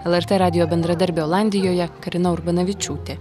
lrt radijo bendradarbė olandijoje karina urbanavičiūtė